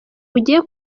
bugiye